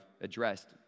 addressed